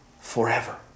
Forever